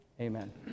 amen